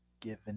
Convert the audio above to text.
given